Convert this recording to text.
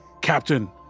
captain